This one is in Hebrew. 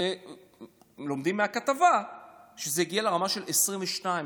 לומדים מהכתבה שזה הגיע לרמה של 22 שקלים,